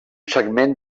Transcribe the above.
segment